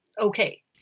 okay